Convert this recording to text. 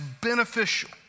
beneficial